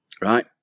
Right